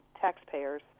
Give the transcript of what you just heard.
taxpayers